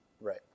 Right